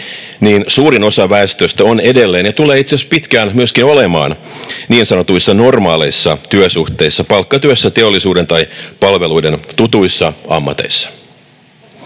niin suurin osa väestöstä on edelleen ja tulee itse asiassa myöskin pitkään olemaan niin sanotuissa normaaleissa työsuhteissa, palkkatyössä teollisuuden tai palveluiden tutuissa ammateissa.